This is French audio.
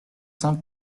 cent